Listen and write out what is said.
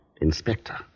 Inspector